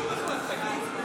מה אתה קשור בכלל, תגיד?